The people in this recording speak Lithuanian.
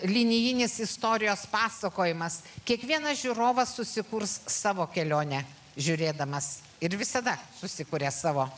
linijinis istorijos pasakojimas kiekvienas žiūrovas susikurs savo kelionę žiūrėdamas ir visada susikuria savo